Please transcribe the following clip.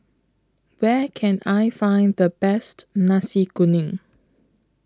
Where Can I Find The Best Nasi Kuning